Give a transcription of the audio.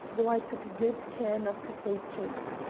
though i took guid care no' to say cheep.